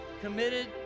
committed